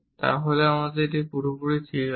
তাহলে এখানে এটি পুরোপুরি ঠিক আছে